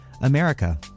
America